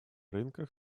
рынках